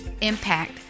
Impact